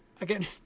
again